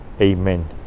amen